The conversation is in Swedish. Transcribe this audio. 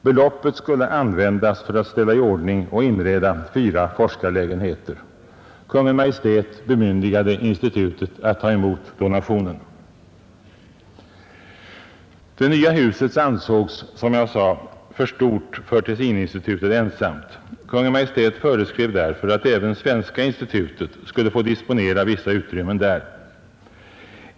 Beloppet skulle användas för att ställa i ordning och inreda fyra forskarlägenheter. Kungl. Maj:t bemyndigade institutet att ta emot donationen. Det nya huset ansågs, som jag sade, vara för stort för Tessininstitutet ensamt. Kungl. Maj:t föreskrev därför att även Svenska institutet skulle få disponera vissa utrymmen där.